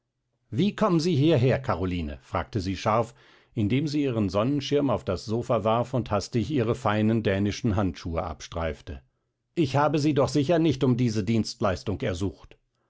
wie kommen sie hierher karoline fragte sie scharf indem sie ihren sonnenschirm auf das sofa warf und hastig ihre seinen dänischen handschuhe abstreifte ich habe sie doch sicher nicht um diese dienstleistung ersucht